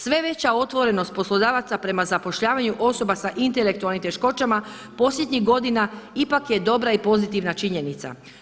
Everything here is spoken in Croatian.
Sve veća otvorenost poslodavaca prema zapošljavanju osoba sa intelektualnim teškoćama posljednjih godina ipak je dobra i pozitivna činjenica.